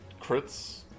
crits